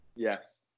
Yes